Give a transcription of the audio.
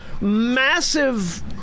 massive